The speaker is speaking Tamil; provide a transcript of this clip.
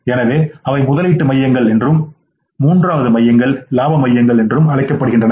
எனவே அவை முதலீட்டு மையங்கள் என்றும் மூன்றாவது மையங்கள் இலாப மையங்கள் என்றும் அழைக்கப்படுகின்றன